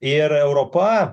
ir europa